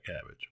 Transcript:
cabbage